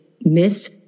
Miss